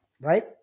right